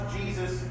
Jesus